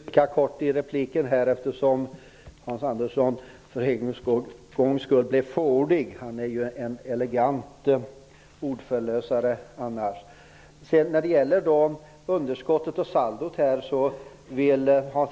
Herr talman! Jag skall också bli lika kort i repliken eftersom Hans Andersson för en gångs skull blev fåordig. Han är ju annars en elegant ordförlösare. Hans